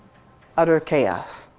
utter chaos.